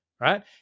right